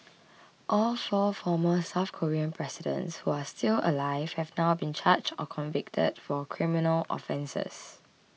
all four former South Korean presidents who are still alive have now been charged or convicted for criminal offences